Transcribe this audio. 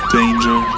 danger